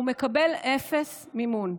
הוא מקבל אפס מימון.